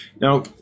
Now